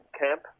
camp